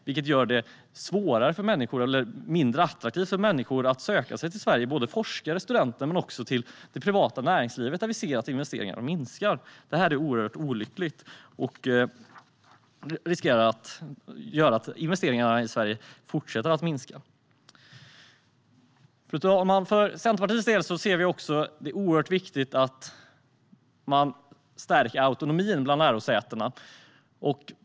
Det gör det mindre attraktivt för människor att söka sig till Sverige. Det gäller både forskare och studenter men också till det privata näringslivet, där vi ser att investeringarna minskar. Det är oerhört olyckligt och riskerar att göra att investeringarna i Sverige fortsätter att minska. Fru talman! För Centerpartiets del ser vi det som oerhört viktigt att man stärker autonomin bland lärosätena.